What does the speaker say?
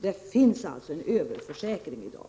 Det finns alltså en överförsäkring i dag.